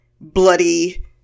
bloody